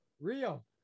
Rio